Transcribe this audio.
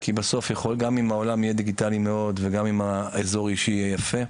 כי בסוף גם אם העולם יהיה דיגיטלי מאוד וגם אם האזור האישי יהיה יפה,